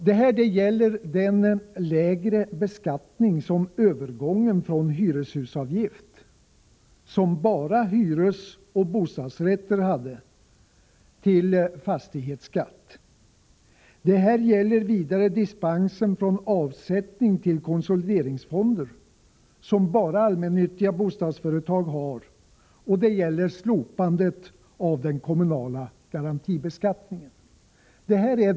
Det här gäller den lägre beskattning som övergången från hyreshusavgift — som bara hyresoch bostadsrätter hade — till fastighetsskatt innebär. Vidare gäller det här dispensen från avsättning till konsolideringsfonder — som bara allmännyttiga bostadsföretag har — samt slopandet av den kommunala garantibeskattningen.